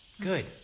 good